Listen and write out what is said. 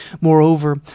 Moreover